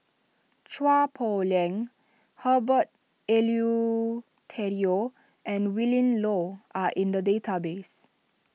Chua Poh Leng Herbert Eleuterio and Willin Low are in the database